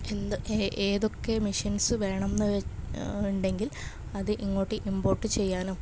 എന്ത് ഏ ഏതൊക്കെ മെഷീൻസ്സ് വേണംന്ന് വെ ഉണ്ടെങ്കിൽ അത് ഇങ്ങോട്ട് ഇമ്പോട്ട് ചെയ്യാനും